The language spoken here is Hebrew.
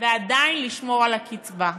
ועדיין לשמור על הקצבה.